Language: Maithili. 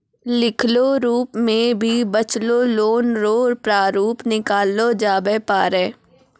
लिखलो रूप मे भी बचलो लोन रो प्रारूप निकाललो जाबै पारै